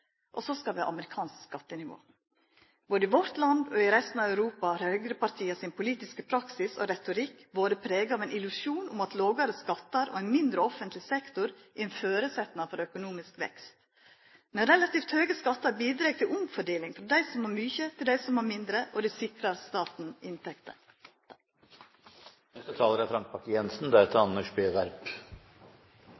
Og så skal vi ha amerikansk skattenivå. Både i vårt land og i resten av Europa har høgrepartia sin politiske praksis og retorikk vore prega av ein illusjon om at lågare skattar og ein mindre offentleg sektor er ein føresetnad for økonomisk vekst. Men relativt høge skattar bidreg til omfordeling frå dei som har mykje, til dei som har mindre, og det sikrar